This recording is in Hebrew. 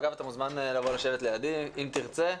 אגב, אתה מוזמן לבוא לשבת לידי, אם תרצה.